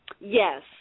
Yes